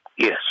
Yes